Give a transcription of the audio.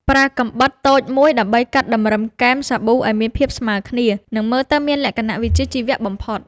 ប្រើកាំបិតតូចមួយដើម្បីកាត់តម្រឹមគែមសាប៊ូឱ្យមានភាពស្មើគ្នា និងមើលទៅមានលក្ខណៈវិជ្ជាជីវៈបំផុត។